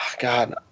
God